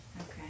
Okay